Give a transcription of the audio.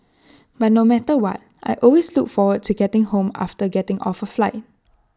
but no matter what I always look forward to getting home after getting off A flight